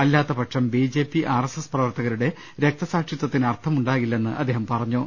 അല്ലാത്തപക്ഷം B J P R S S പ്രവർത്തകരുടെ രക്തസാക്ഷിത്വത്തിന് അർത്ഥമുണ്ടാകില്ലെന്ന് അദ്ദേഹം പറഞ്ഞു